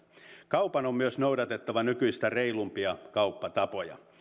kaupan on myös noudatettava nykyistä reilumpia kauppatapoja